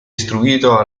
istruito